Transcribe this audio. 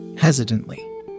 hesitantly